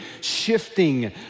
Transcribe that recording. shifting